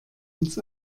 ins